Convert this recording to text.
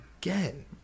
again